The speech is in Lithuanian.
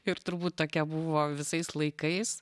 ir turbūt tokia buvo visais laikais